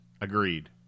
Agreed